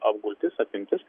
apgultis apimtis